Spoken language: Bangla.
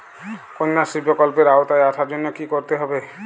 কন্যাশ্রী প্রকল্পের আওতায় আসার জন্য কী করতে হবে?